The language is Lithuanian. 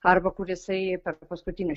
arba kur jisai per paskutinius